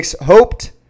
hoped